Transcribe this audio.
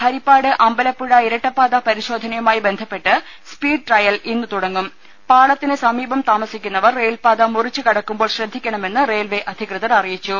ഹരിപ്പാട് അമ്പലപ്പുഴ ഇരട്ടപ്പാത പരിശോധനയുമായി ബന്ധപ്പെട്ട് സ്പീഡ് ട്രയൽ ഇന്ന് തുട ങ്ങ പാളത്തിന് സമീപം താമസിക്കുന്നവർ റെയിൽപ്പാത മുറിച്ച് കടക്കുമ്പോൾ ശ്രദ്ധിക്കണമെന്ന് റെയിൽവേ അധികൃതർ അറി യിച്ചു